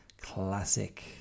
classic